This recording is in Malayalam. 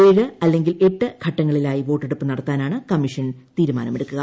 ഏഴ് അല്ലെങ്കിൽ എട്ട് ഘട്ടങ്ങളിലായി വോട്ടെടുപ്പ് നടത്താനാണ് കമ്മീഷൻ തീരുമാനമെടുക്കുക